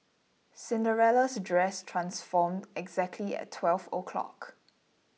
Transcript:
Cinderella's dress transformed exactly at twelve o'clock